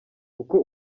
uko